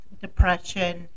depression